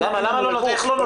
למה לא נותנים?